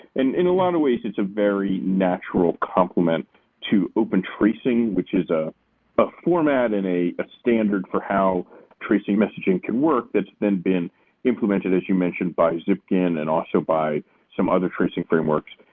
and in a lot of ways it's a very natural complement to open tracing which is a but format and a a standard for how tracing messaging can work that's been been implemented, as you mentioned, by zipkin and also by some other tracing frameworks,